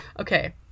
Okay